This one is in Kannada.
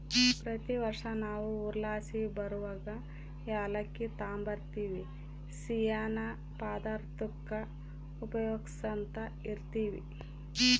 ಪ್ರತಿ ವರ್ಷ ನಾವು ಊರ್ಲಾಸಿ ಬರುವಗ ಏಲಕ್ಕಿ ತಾಂಬರ್ತಿವಿ, ಸಿಯ್ಯನ್ ಪದಾರ್ತುಕ್ಕ ಉಪಯೋಗ್ಸ್ಯಂತ ಇರ್ತೀವಿ